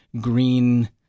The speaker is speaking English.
green